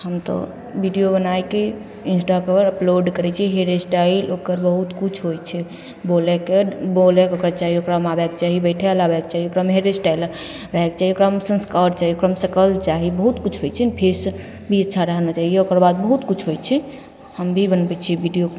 हम तऽ वीडिओ बनैके इन्स्टापर अपलोड करै छिए हेअर एस्टाइल ओकर बहुत किछु होइ छै बोलैके बोलैके ओकरा चाही ओकरामे आबैके चाही बैठे ले आबैके चाही ओकरामे हेअर एस्टाइल रहैके चाही ओकरामे सँस्कार चाही ओकरामे शकल चाही बहुत किछु होइ छै ने फेस भी अच्छा रहना चाहिए ओकर बाद बहुत किछु होइ छै हम भी बनबै छिए वीडिओ